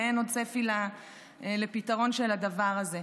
ואין עוד צפי לפתרון של הדבר הזה.